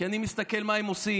כי אני מסתכל מה הם עושים,